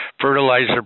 fertilizer